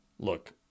Look